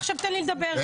עכשיו תן לי לדבר.